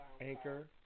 Anchor